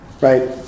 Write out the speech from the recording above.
right